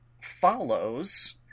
follows